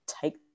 take